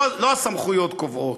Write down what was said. לא הסמכויות קובעות.